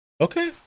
Okay